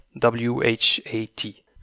W-H-A-T